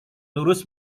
lurus